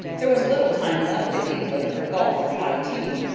there was little time left in england for golf or high tea,